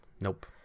Nope